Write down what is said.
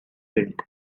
wind